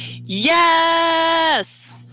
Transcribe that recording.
Yes